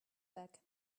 back